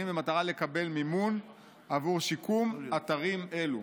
במטרה לקבל מימון עבור שיקום אתרים אלו.